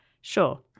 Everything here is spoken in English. Sure